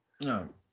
No